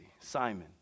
Simon